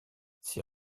ses